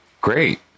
Great